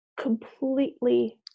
completely